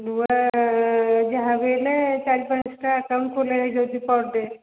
ନୂଆଁ ଯାହାବି ହେଲେ ଚାରି ପାଞ୍ଚଟା ଆକାଉଣ୍ଟ ଖୋଲା ହେଇଯାଉଛି ପର ଡ଼େ